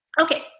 Okay